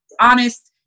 honest